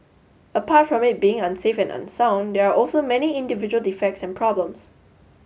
apart from it being unsafe and unsound there are also many individual defects and problems